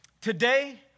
Today